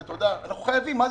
אנחנו חוגגים ותודה,